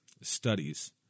studies